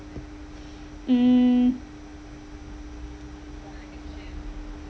mm